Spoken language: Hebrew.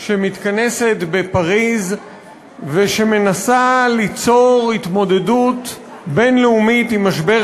שמתכנסת בפריז ומנסה ליצור התמודדות בין-לאומית עם משבר